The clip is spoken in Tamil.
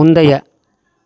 முந்தைய